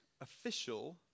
official